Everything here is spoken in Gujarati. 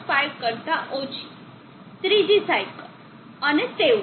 5 કરતા ઓછી ત્રીજી સાઇકલ તેવું